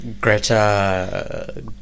Greta